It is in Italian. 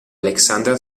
aleksandr